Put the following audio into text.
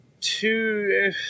two